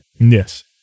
Yes